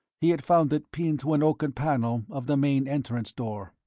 he had found it pinned to an oaken panel of the main entrance door.